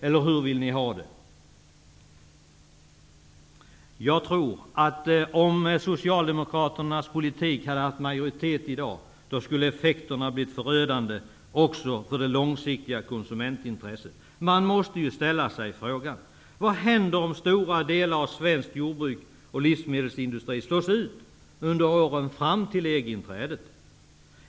Eller hur vill ni ha det? Om Socialdemokraternas politik hade haft majoritet i dag, tror jag att effekterna skulle ha blivit förödande också för det långsiktiga konsumentintresset. Man måste ställa sig frågan: Vad händer om stora delar av svenskt jordbruk och svensk livsmedelsindustri slås ut under åren fram till EG-inträdet?